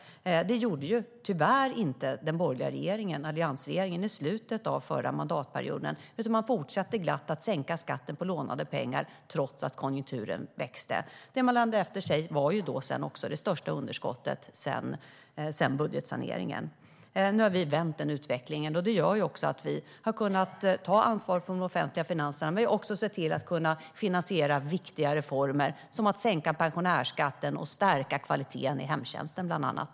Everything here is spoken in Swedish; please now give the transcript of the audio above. Det gjorde tyvärr inte den borgerliga alliansregeringen i slutet av förra mandatperioden. Man fortsatte glatt att sänka skatten med lånade pengar trots att konjunkturen växte. Det man sedan lämnade efter sig var ju också det största underskottet sedan budgetsaneringen. Nu har vi vänt utvecklingen. Det gör att vi har kunnat ta ansvar för de offentliga finanserna, och vi har även sett till att kunna finansiera viktiga reformer som att sänka pensionärsskatten och stärka kvaliteten i hemtjänsten, bland annat.